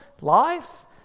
life